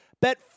Bet